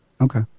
Okay